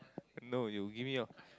no you give me your